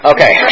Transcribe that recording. Okay